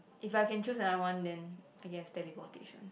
if I can choose another one then I guess teleportation